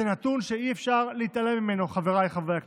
זה נתון שאי-אפשר להתעלם ממנו, חבריי חברי הכנסת.